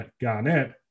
Garnett